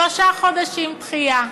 שלושה חודשים דחייה.